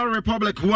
Republic